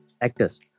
actors